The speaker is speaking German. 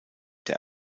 der